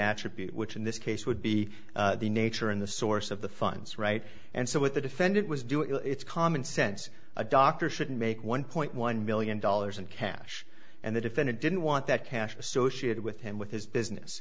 action which in this case would be the nature and the source of the funds right and so what the defendant was doing it's common sense a doctor should make one point one million dollars in cash and the defendant didn't want that cash associated with him with his business